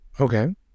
okay